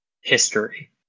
history